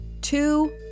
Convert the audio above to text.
Two